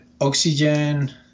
oxygen